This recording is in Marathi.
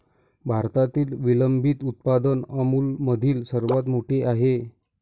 भारतातील विलंबित उत्पादन अमूलमधील सर्वात मोठे आहे